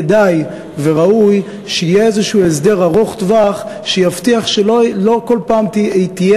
כדאי וראוי שיהיה איזשהו הסדר ארוך-טווח שיבטיח שלא כל פעם יהיה